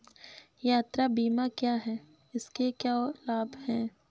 यात्रा बीमा क्या है इसके क्या लाभ हैं?